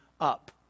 up